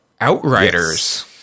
Outriders